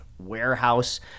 warehouse